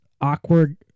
awkward